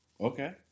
Okay